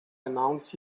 announce